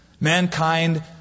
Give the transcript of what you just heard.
mankind